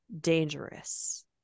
dangerous